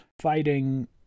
fighting